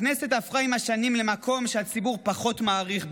הכנסת הפכה עם השנים למקום שהציבור פחות מעריך,